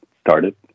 started